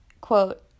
Quote